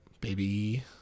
baby